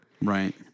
Right